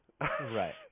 Right